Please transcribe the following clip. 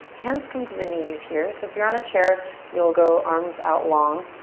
hands come to the knees here. so if you're on a chair you'll go arms out long.